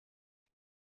اره